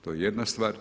To je jedna stvar.